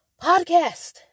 podcast